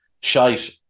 Shite